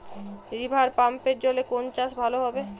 রিভারপাম্পের জলে কোন চাষ ভালো হবে?